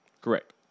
Correct